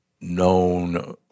known